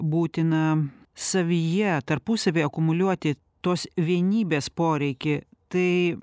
būtina savyje tarpusavyje akumuliuoti tos vienybės poreikį tai